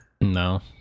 No